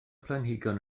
planhigion